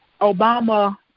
Obama